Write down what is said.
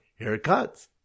Haircuts